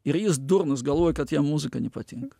ir jis durnas galvoja kad jam muzika nepatinka